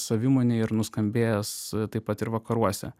savimonei ir nuskambėjęs taip pat ir vakaruose